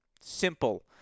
simple